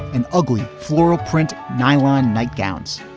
an ugly floral print, nylon nightgowns,